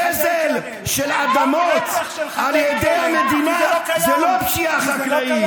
גזל של אדמות על ידי המדינה זה לא פשיעה חקלאית.